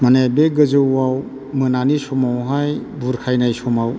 माने बे गोजौआव मोनानि समावहाय बुरखायनाय समाव